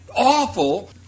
Awful